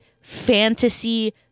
fantasy